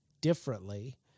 differently